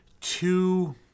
two